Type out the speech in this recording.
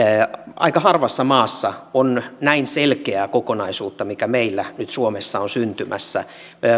aika harvassa maassa on näin selkeää kokonaisuutta mikä meillä nyt suomessa on syntymässä